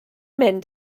mynd